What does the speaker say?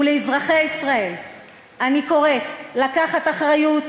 ולאזרחי ישראל אני קוראת לקחת אחריות